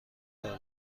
دادم